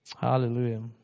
Hallelujah